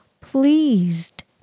pleased